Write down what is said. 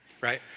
right